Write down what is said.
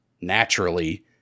Naturally